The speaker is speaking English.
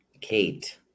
Kate